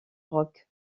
rock